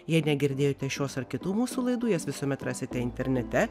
jei negirdėjote šios ar kitų mūsų laidų jas visuomet rasite internete